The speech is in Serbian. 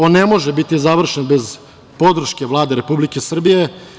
On ne može biti završen bez podrške Vlade Republike Srbije.